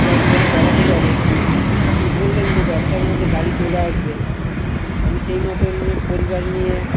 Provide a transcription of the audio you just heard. জাদুঘরে বেড়াতে যাবো আপনি বললেন যে দশটার মধ্যে গাড়ি চলে আসবে আমি সেই মতো নিয়ে পরিবার নিয়ে